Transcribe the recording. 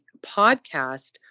podcast